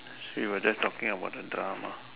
she was just talking about the drama